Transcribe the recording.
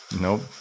Nope